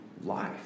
life